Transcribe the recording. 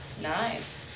Nice